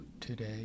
today